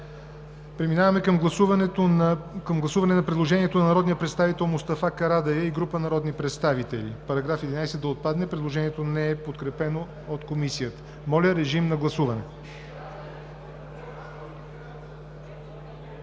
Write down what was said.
Преминаваме към гласуване на предложението на народния представител Мустафа Карадайъ и група народни представители § 11 да отпадне, което не е подкрепено от Комисията. Моля, режим на гласуване.